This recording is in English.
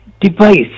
device